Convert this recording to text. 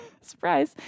Surprise